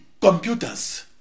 computers